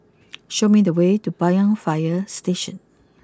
show me the way to Banyan fire Station